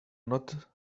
not